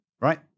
right